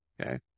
okay